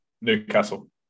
Newcastle